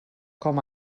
com